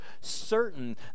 certain